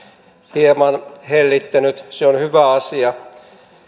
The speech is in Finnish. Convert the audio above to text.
hieman hellittänyt se on hyvä asia